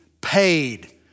paid